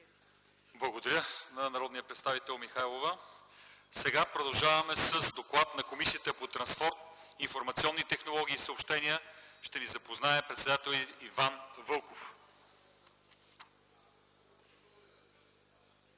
Благодаря на народния представител Михайлова. Продължаваме с доклад на Комисията по транспорт, информационни технологии и съобщения. С него ще ни запознае председателят на